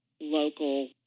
local